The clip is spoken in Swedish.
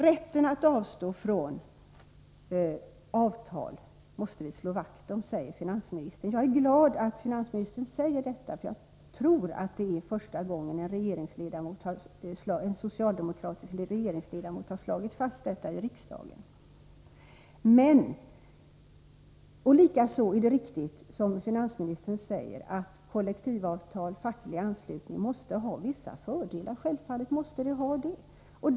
Rätten att avstå från att teckna avtal måste vi slå vakt om, säger finansministern. Jag är glad att finansministern sade detta. Jag tror nämligen att det är första gången en socialdemokratisk regeringsledamot har slagit fast det i riksdagen. Det är samtidigt riktigt som finansministern säger, att kollektivavtal och facklig anslutning har vissa fördelar. Självfallet är det så.